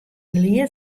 liet